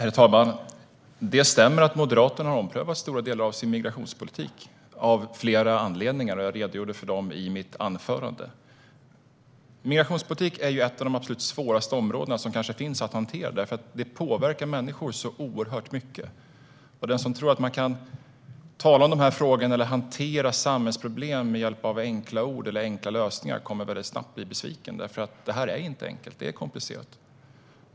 Herr talman! Det stämmer att Moderaterna har omprövat stora delar av sin migrationspolitik, av flera anledningar. Jag redogjorde för dem i mitt anförande. Migrationspolitik är kanske ett av de absolut svåraste områdena att hantera, för det påverkar människor så oerhört mycket. Den som tror att man kan tala om dessa frågor eller hantera samhällsproblem med hjälp av enkla ord eller enkla lösningar kommer snabbt att bli besviken, för detta är inte enkelt. Det är komplicerat.